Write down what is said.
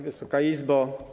Wysoka Izbo!